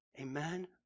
Amen